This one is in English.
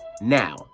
Now